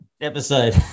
episode